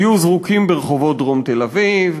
תהיו זרוקים ברחובות דרום תל-אביב,